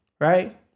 Right